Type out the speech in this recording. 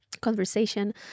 conversation